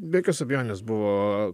be jokios abejonės buvo